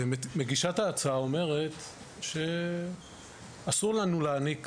מגישת ההצעה אומרת שאסור לנו להעניק